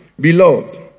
Beloved